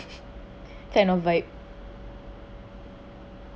kind of like